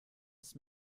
ist